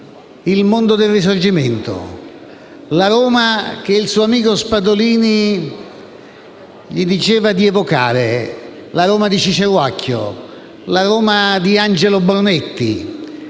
il mondo del Risorgimento, la Roma che il suo amico Spadolini gli diceva di evocare, la Roma di Ciceruacchio, la Roma di Angelo Brunetti,